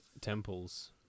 temples